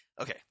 Okay